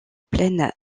plaine